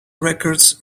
records